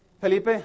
Felipe